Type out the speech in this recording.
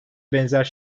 benzer